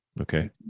Okay